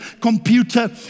computer